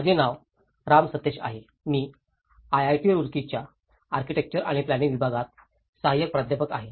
माझे नाव राम सतेश आहे मी आयआयटी रुड़कीच्या आर्किटेक्चर आणि प्लानिंग विभागात सहाय्यक प्राध्यापक आहे